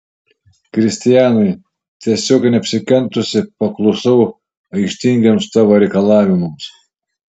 kristianai tiesiog neapsikentusi paklusau aikštingiems tavo reikalavimams